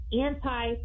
anti-